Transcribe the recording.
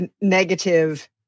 negative